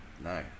No